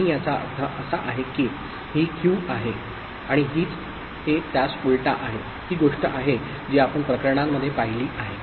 आणि याचा अर्थ असा आहे की ही Q आहे आणि हीच हे त्यास उलटा आहे ती गोष्ट आहे जी आपण प्रकरणांमध्ये पाहिली आहे